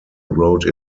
wrote